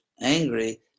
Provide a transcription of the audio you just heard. angry